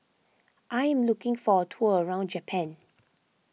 I am looking for a tour around Japan